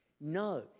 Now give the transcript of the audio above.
No